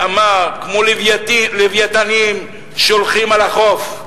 שאמר: כמו לווייתנים שהולכים אל החוף,